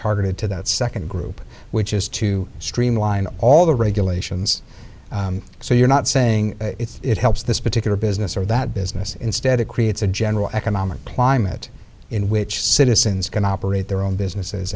targeted to that second group which is to streamline all the regulations so you're not saying it helps this protect or business or that business instead it creates a general economic climate in which citizens can operate their own businesses